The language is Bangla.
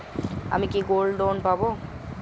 আমি কি গোল্ড লোন পাবো?